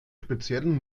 speziellen